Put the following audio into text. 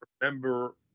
remember